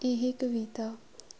ਇਹ ਕਵਿਤਾ